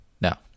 Now